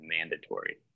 mandatory